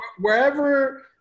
Wherever